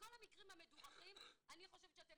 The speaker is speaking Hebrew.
בכל המקרים המדווחים אני חושבת שאתם